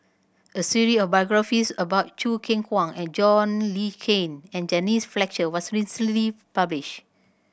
a series of biographies about Choo Keng Kwang and John Le Cain and Denise Fletcher was recently publish